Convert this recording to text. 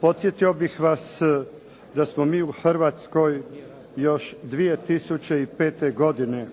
Podsjetio bih vas da smo mi u Hrvatskoj još 2005. godine